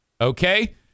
okay